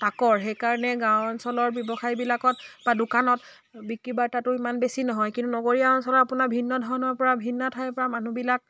তাকৰ সেইকাৰণে গাঁও অঞ্চলৰ ব্যৱসায়বিলাকত বা দোকানত বিক্ৰী বাৰ্তাটো ইমান বেছি নহয় কিন্তু নগৰীয়া অঞ্চলৰ আপোনাৰ ভিন্ন ধৰণৰ পৰা ভিন্ন ঠাইৰ পৰা মানুহবিলাক